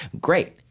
great